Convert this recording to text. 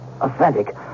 authentic